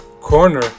corner